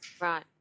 Right